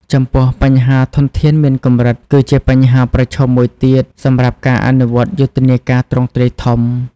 ចំពោះ បញ្ហាធនធានមានកម្រិត គឺជាបញ្ហាប្រឈមមួយទៀត សម្រាប់ការអនុវត្តយុទ្ធនាការទ្រង់ទ្រាយធំ។